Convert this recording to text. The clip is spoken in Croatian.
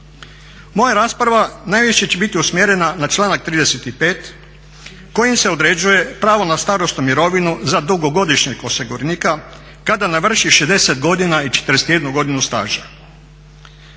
Moja rasprava najviše će biti usmjerena na članak 35. kojim se određuje pravo na starosnu mirovinu za dugogodišnjeg osiguranika kada navrši 60 godina i 41 godinu staža.